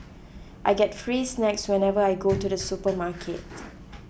I get free snacks whenever I go to the supermarket